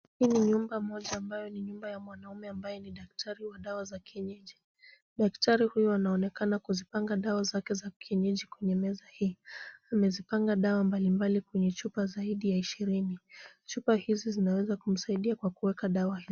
Hii ni nyumba moja ambayo ni nyumba ya mwanaume ambaye ni daktari wa dawa za kienyeji. Daktari huyu anaonekana kuzipanga dawa zake za kienyeji kwenye meza hii, amezipanga dawa mbalimbali kwenye chupa zaidi ya ishirini. Chupa hizi zinaweza kumsaidia kwa kuweka dawa hii.